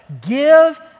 Give